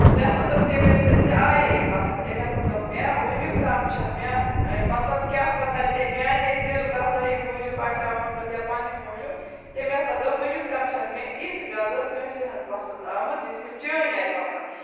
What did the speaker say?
مےٚ ہَسا دوٚپ تٔمِس ژےٚ آیے یہِ پَسنٛد تٔمۍ ہَسا دوٚپ مےٚ وٕنیُک تام چھَنہٕ مےٚ مطلب کیٛاہ پَتاہ تٔمۍ میٛانہِ دِل بحلٲیی موٗجوٗب آسہِ ہا ووٚنمُت یا پَنٛنہِ موٗجوٗب تٔمۍ ہَسا دوٚپ وٕنیُک تام چھَنہٕ مےٚ یِژھ غزل کٲنٛسی ہٕنٛز پَسنٛد آمٕژ یُس مےٚ چٲنۍ آیہِ پَسنٛد